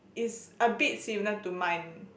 is a bit similar to mine